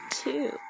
two